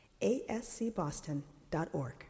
ASCBoston.org